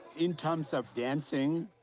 in terms of dancing,